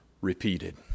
repeated